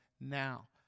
now